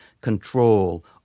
control